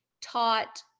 taught